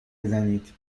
بزنید